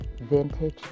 Vintage